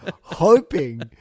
hoping